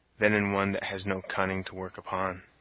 than in one that has no cunning to work upon.